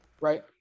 right